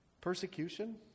Persecution